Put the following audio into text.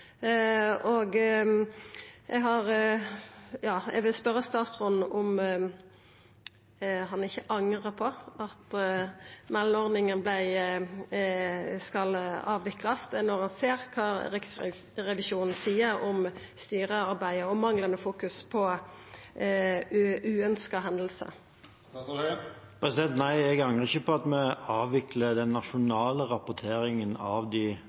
Eg vil spørja statsråden om han ikkje angrar på at meldeordninga skal avviklast, når han ser kva Riksrevisjonen seier om styrearbeidet og manglande fokus på uønskte hendingar. Nei, jeg angrer ikke på at vi avvikler den nasjonale rapporteringen av